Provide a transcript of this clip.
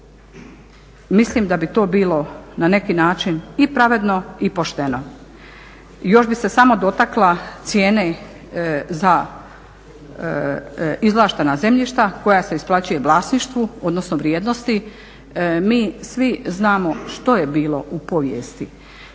Mislim da bi to bilo na neki način i pravedno i pošteno. Još bih se samo dotakla cijene za izvlaštena zemljišta koja se isplaćuje vlasništvu odnosno vrijednosti. Mi svi znamo što je bilo u povijesti,